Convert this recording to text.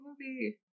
movie